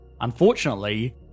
unfortunately